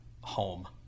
home